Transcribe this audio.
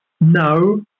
no